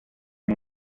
and